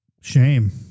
shame